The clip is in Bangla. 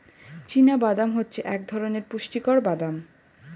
চীনা বাদাম হচ্ছে এক ধরণের পুষ্টিকর বাদাম